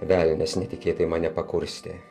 velnias netikėtai mane pakurstė